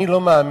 אני לא מאמין